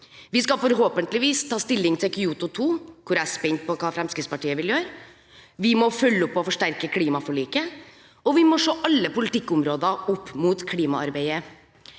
Vi skal forhåpentligvis ta stilling til Kyoto 2. Jeg er spent hva Fremskrittspartiet vil gjøre her. Vi må følge opp og forsterke klimaforliket, og vi må se alle politikkområder opp mot klimaarbeidet.